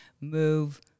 move